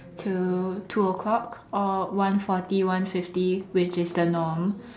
to two o-clock or one forty one fifty which is the norm